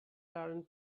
current